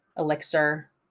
Elixir